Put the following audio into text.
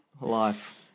Life